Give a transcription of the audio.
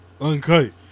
Uncut